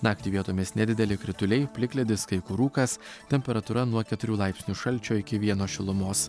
naktį vietomis nedideli krituliai plikledis kai kur rūkas temperatūra nuo keturių laipsnių šalčio iki vieno šilumos